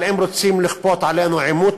אבל אם רוצים לכפות עלינו עימות,